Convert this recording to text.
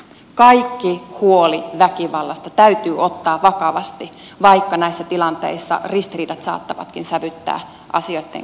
kaikki huoli väkivallasta täytyy ottaa vakavasti vaikka näissä tilanteissa ristiriidat saattavatkin sävyttää asioitten käsittelyä